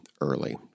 early